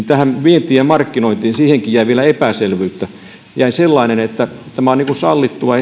tähän vientiin ja markkinointiinkin jäi vielä epäselvyyttä jäi sellainen että esimerkiksi nettimarkkinointi on sallittua